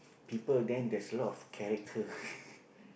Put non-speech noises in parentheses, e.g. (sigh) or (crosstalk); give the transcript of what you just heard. people then there's a lot of character (laughs)